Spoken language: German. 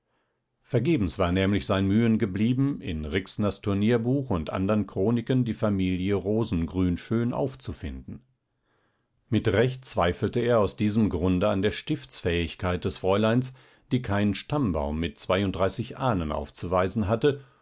vergebens war nämlich sein mühen geblieben in rixners turnierbuch und andern chroniken die familie rosengrünschön aufzufinden mit recht zweifelte er aus diesem grunde an der stiftsfähigkeit des fräuleins die keinen stammbaum mit zweiunddreißig ahnen aufzuweisen hatte